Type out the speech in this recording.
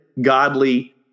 godly